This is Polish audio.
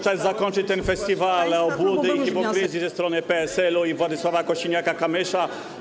Czas zakończyć ten festiwal obłudy i hipokryzji ze strony PSL-u i Władysława Kosiniaka-Kamysza.